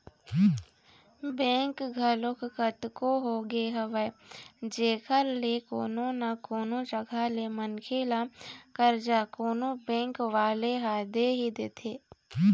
bank घलोक कतको होगे हवय जेखर ले कोनो न कोनो जघा ले मनखे ल करजा कोनो बेंक वाले ह दे ही देथे